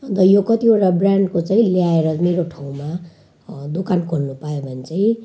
अन्त यो कतिवटा ब्रान्डको चाहिँ ल्याएर मेरो ठाउँमा दोकान खोल्नु पाएँ भने चाहिँ